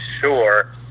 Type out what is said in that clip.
sure